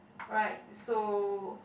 right so